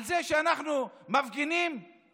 על זה שאנחנו מפגינים נגד